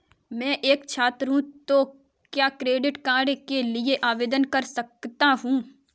मैं एक छात्र हूँ तो क्या क्रेडिट कार्ड के लिए आवेदन कर सकता हूँ?